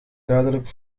duidelijk